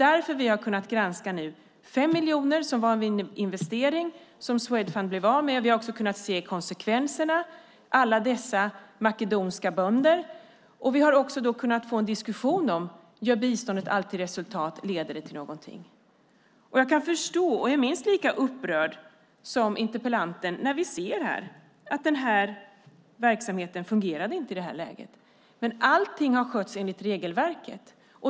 Därför har vi nu kunnat granska den investering på 5 miljoner som Swedfund blev av med. Vi har också kunnat se konsekvenserna med alla dessa makedonska bönder. Vi har också kunnat få en diskussion om huruvida biståndet ger resultat och leder till något. Jag är minst lika upprörd som interpellanten när vi nu ser att verksamheten inte fungerade, men allt har skötts enligt regelverket.